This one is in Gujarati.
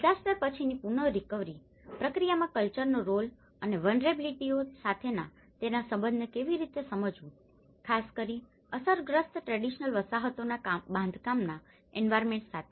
ડીઝાસ્ટર પછીની પુન રીકવરી પ્રક્રિયામાં કલ્ચર નો રોલ અને વલ્નરેબીલીટી ઓ સાથેના તેના સંબંધને કેવી રીતે સમજવું ખાસ કરીને અસરગ્રસ્ત ટ્રેડીશનલ વસાહતોના બાંધકામ ના એન્વાયરમેન્ટ સાથે